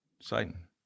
Satan